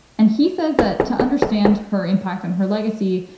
and he says that to understand her impact and her legacy,